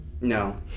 No